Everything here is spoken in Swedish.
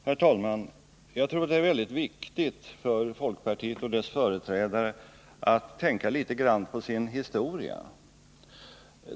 Herr talman! Jag tror att det är väldigt viktigt för folkpartiet och dess företrädare att tänka litet grand på sin historia.